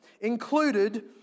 included